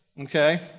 okay